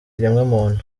muntu